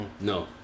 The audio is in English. no